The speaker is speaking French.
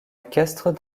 équestre